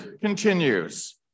continues